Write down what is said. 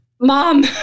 Mom